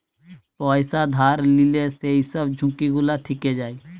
পয়সা ধার লিলে যেই সব ঝুঁকি গুলা থিকে যায়